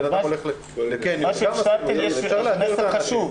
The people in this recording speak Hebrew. זה מסר חשוב.